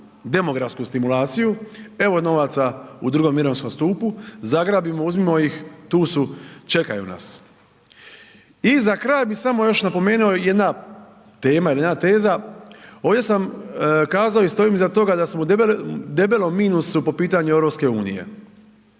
demografsku stimulaciju evo novaca u drugom mirovinskom stupu, zagrabimo, uzmimo ih, tu su, čekaju nas. I za kraj bi samo još napomenuo jedna tema, jedina teza ovdje sam kazao i stojim iza toga da smo u debelom minusu po pitanju EU.